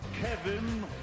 Kevin